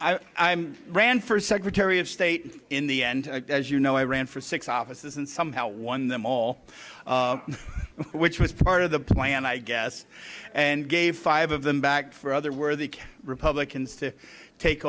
i'm ran for secretary of state in the end as you know i ran for six offices and somehow won them all which was part of the plan i guess and gave five of them back for other worthy republicans to take